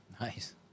Nice